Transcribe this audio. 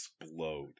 explode